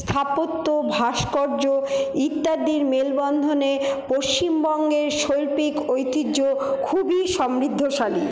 স্থাপত্য ভাস্কর্য ইত্যাদির মেলবন্ধনে পশ্চিমবঙ্গের শৈল্পিক ঐতিহ্য খুবই সমৃদ্ধশালী